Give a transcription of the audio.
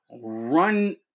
run